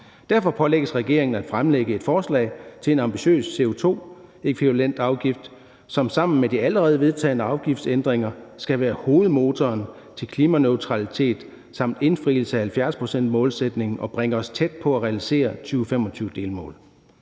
Derfor pålægges regeringen at fremlægge et forslag til en ambitiøs CO2-e-afgift, som sammen med de allerede vedtagne afgiftsændringer skal være hovedmotor til klimaneutralitet samt indfrielse af 70-procentsmålsætningen og bringe os tæt på at realisere 2025-delmålet.